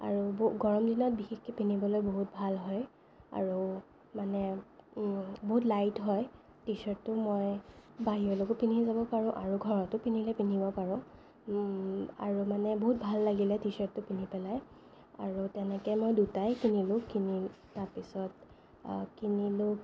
আৰু গৰম দিনত বিশেষকৈ পিন্ধিবলৈ বহুত ভাল হয় আৰু মানে বহুত লাইট হয় টি শ্বাৰ্টটো মই বাহিৰলৈকো পিন্ধি যাব পাৰোঁ আৰু ঘৰতো পিন্ধিলে পিন্ধিব পাৰোঁ আৰু মানে বহুত ভাল লাগিলে টি শ্বাৰ্টটো পিন্ধি পেলাই আৰু তেনেকৈ মই দুটাই কিনিলোঁ কিনি তাৰপিছত কিনি লৈ